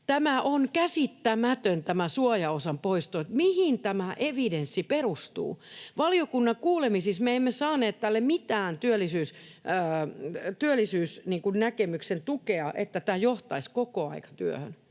Tämä suojaosan poisto on käsittämätön. Mihin tämä evidenssi perustuu? Valiokunnan kuulemisissa me emme saaneet tälle mitään työllisyysnäkemyksen tukea, että tämä johtaisi kokoaikatyöhön.